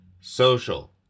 social